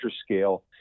scale